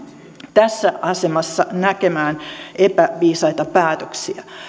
tässä asemassa näkemään epäviisaita päätöksiä